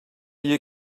you